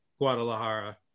Guadalajara